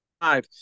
five